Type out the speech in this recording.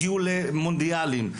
הגיעו למונדיאלים,